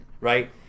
right